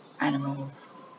animals